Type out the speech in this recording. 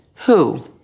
who